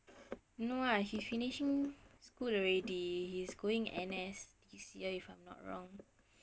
no lah he finishing school already he's going N_S this year if I'm not wrong